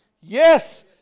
Yes